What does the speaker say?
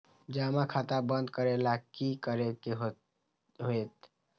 जमा खाता बंद करे ला की करे के होएत?